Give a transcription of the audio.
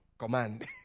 command